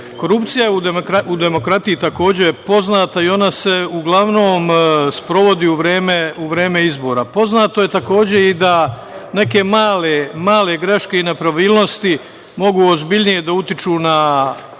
je u demokratiji takođe poznata i ona se uglavnom sprovodi u vreme izbora. Poznato je takođe i da neke male greške i nepravilnosti mogu ozbiljnije da utiču na